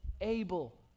Abel